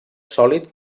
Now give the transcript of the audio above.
sòlid